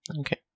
Okay